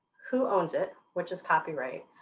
who owns it, which is copyright,